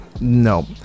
No